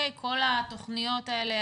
כל התוכניות האלה,